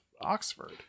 Oxford